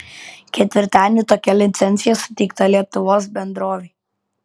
ketvirtadienį tokia licencija suteikta lietuvos bendrovei